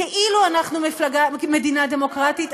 כאילו אנחנו מדינה דמוקרטית,